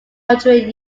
hundred